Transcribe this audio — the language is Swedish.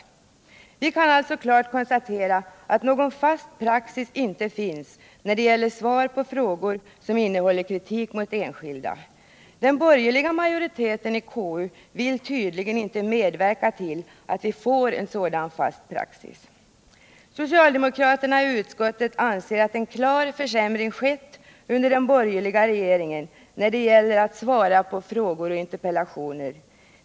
Vi kan alltså klart konstatera att någon fast praxis inte finns när det gäller svar på frågor som innehåller kritik mot enskilda. Den borgerliga majoriteten i KU vill tydligen inte medverka till att vi får en sådan fast praxis. Socialdemokraterna i utskottet anser att en klar försämring skett under den borgerliga regeringen när det gäller att svara på frågor och interpellationer.